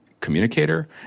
Communicator